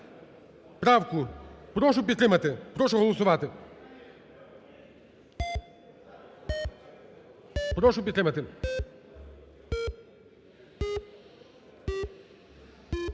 правку. Прошу підтримати. Прошу голосувати. Прошу підтримати.